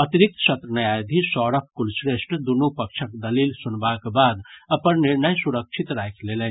अतिरिक्त सत्र न्यायाधीश सौरभ कुलश्रेष्ठ दुनू पक्षक दलील सूनबाक बाद अपन निर्णय सुरक्षित राखि लेलनि